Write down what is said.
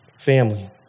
family